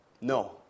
No